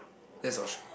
that's for sure